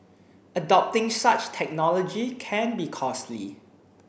adopting such technology can be costly